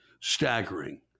staggering